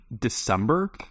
December